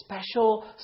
special